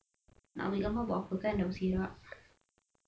ambil gambar buat apa kan dah berserak